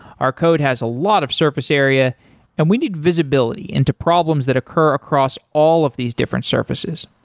our code has a lot of surface area and we need visibility into problems that occur across all of these different surfaces.